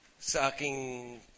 Sucking